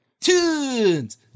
tunes